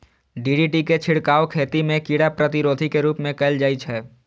DDT के छिड़काव खेती मे कीड़ा प्रतिरोधी के रूप मे कैल जाइ छै